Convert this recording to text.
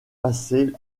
passer